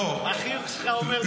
החיוך שלך אומר דורשני.